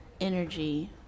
energy